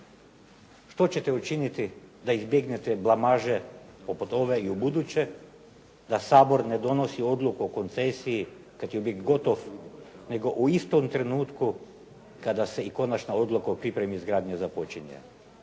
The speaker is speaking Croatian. što ćete učiniti da izbjegnete blamaže oko toga i ubuduće da Sabor ne donosi odluku o koncesiji kad je već gotov nego u istom trenutku kada se i konačna odluka o pripremi izgradnje započinje?